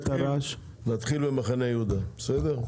נתחיל במחנה יהודה, בסדר?